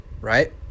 right